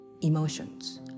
emotions